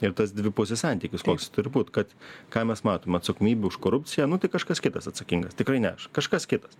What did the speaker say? ir tas dvipusis santykis koks jis turi būt kad ką mes matom atsakomybė už korupciją nu tai kažkas kitas atsakingas tikrai ne kažkas kitas